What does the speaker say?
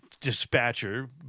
Dispatcher